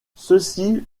ceci